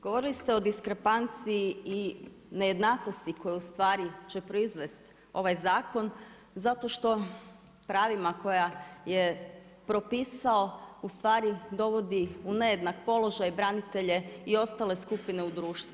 Govorili ste o diskrepanciji i nejednakosti koju u stvari će proizvest ovaj zakon zato što pravima kojima je propisao u stvari dovodi u nejednak položaj branitelje i ostale skupine u društvu.